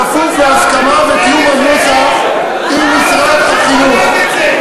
כפוף להסכמה ותיאום הנוסח עם משרד החינוך.